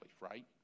right